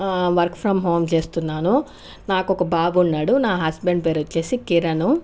work from home చేస్తున్నాను నాకు ఒక బాబున్నాడు నా హస్బెండ్ పేరు వచ్చి కిరణ్